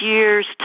years